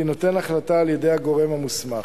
תינתן החלטה על-ידי הגורם המוסמך.